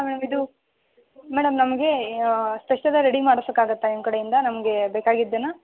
ಹಾಂ ಇದೂ ಮೇಡಮ್ ನಮಗೆ ಸ್ಪೆಷಲಾಗಿ ರೆಡಿ ಮಾಡ್ಸೋಕ್ಕಾಗುತ್ತಾ ನಿಮ್ಮ ಕಡೆಯಿಂದ ನಮಗೆ ಬೇಕಾಗಿದ್ದನ್ನ